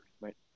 right